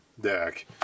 deck